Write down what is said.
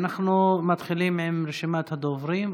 אנחנו מתחילים עם רשימת הדוברים.